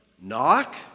Knock